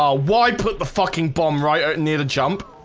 ah why put the fucking bomb right near the jump?